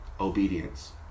Obedience